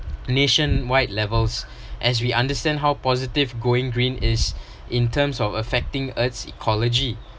nationwide levels as we understand how positive going green is in terms of affecting earth's ecology